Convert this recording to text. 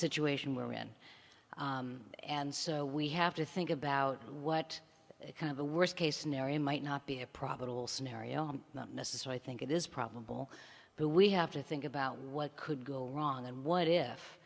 situation we're in and so we have to think about what kind of a worst case scenario might not be a probable scenario not necessary i think it is probable but we have to think about what could go wrong and what if